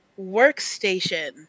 workstation